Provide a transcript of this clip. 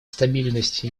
стабильность